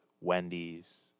Wendy's